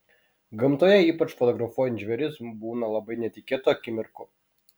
gamtoje ypač fotografuojant žvėris būna labai netikėtų akimirkų